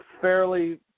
fairly